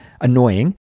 annoying